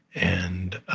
and,